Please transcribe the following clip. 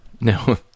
No